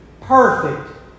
Perfect